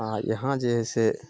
आओर यहाँ जे हइ से